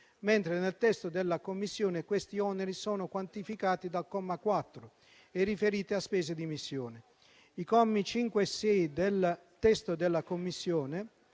mentre nel testo della Commissione questi oneri sono quantificati dal comma 4 e riferiti a spese di missione. I commi 5 e 6 del testo della Commissione